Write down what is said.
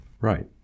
Right